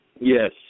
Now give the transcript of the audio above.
Yes